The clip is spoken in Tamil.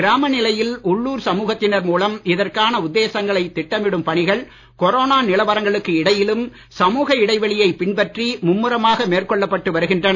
கிராம நிலையில் உள்ளுர் சமுகத்தினர் மூலம் இதற்கான உத்தேசங்களை திட்டமிடும் பணிகள் கொரோனா நிலவரங்களுக்கு இடையிலும் சமுக இடைவெளியை பின்பற்றி மும்முரமாக மேற்கொள்ளப்பட்டு வருகின்றன